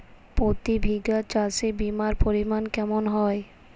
প্রতি বিঘা চাষে বিমার পরিমান কেমন হয়?